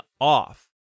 off